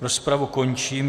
Rozpravu končím.